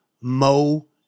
mo